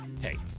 hey